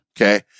Okay